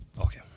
Okay